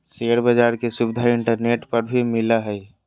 share बाज़ार के सुविधा इंटरनेट पर भी मिलय हइ